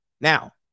now